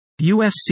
USC